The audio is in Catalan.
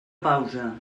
pausa